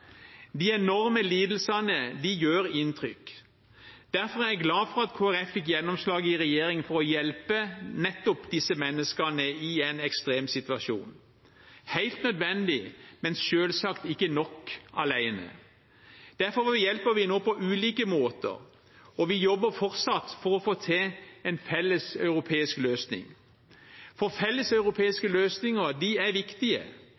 De enorme lidelsene gjør inntrykk. Derfor er jeg glad for at Kristelig Folkeparti fikk gjennomslag i regjering for å hjelpe nettopp disse menneskene i en ekstrem situasjon – helt nødvendig, men selvsagt ikke nok alene. Derfor hjelper vi nå på ulike måter, og vi jobber fortsatt for å få til en felleseuropeisk løsning. Felleseuropeiske løsninger er viktige,